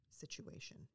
situation